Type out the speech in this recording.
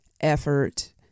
effort